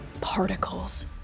particles